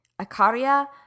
Acaria